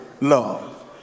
love